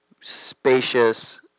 spacious